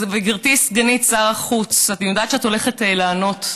גברתי סגנית שר החוץ, אני יודעת שאת הולכת לענות,